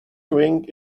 drink